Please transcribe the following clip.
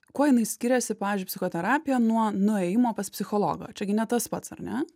kuo jinai skiriasi pavyzdžiui psichoterapija nuo nuėjimo pas psichologą o čia gi ne tas pats ar ne